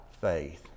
faith